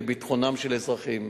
לביטחונם של אזרחים.